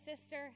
sister